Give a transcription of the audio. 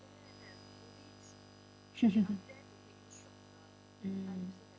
mm